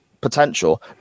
potential